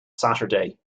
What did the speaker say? saturday